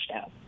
out